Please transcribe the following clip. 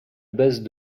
base